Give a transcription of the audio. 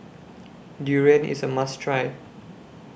Durian IS A must Try